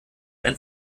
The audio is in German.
ein